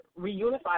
reunify